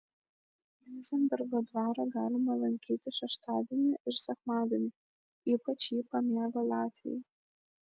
ilzenbergo dvarą galima lankyti šeštadienį ir sekmadienį ypač jį pamėgo latviai